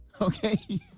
Okay